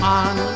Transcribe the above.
on